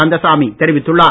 கந்தசாமி தெரிவித்துள்ளார்